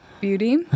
Beauty